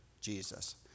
Jesus